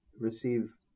receive